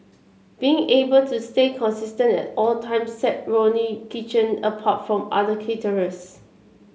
being able to stay consistent at all times set Ronnie Kitchen apart from other caterers